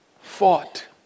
fought